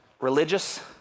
Religious